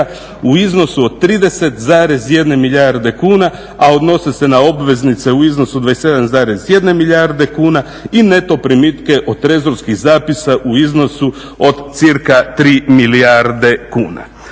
u iznosu od 30,1 milijarde kuna a odnose se na obveznice u iznosu 27,1 milijarde kuna i neto primitke od trezorskih zapisa u iznosu od cca 3 milijarde kuna.